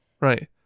right